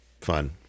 fun